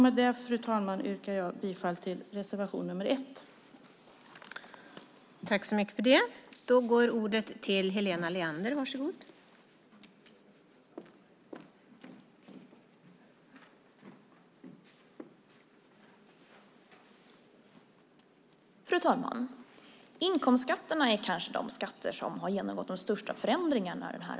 Med det, fru talman, yrkar jag bifall till reservation nr 1.